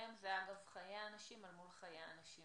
בשניהם זה חיי אנשים אל מול חיי אנשים,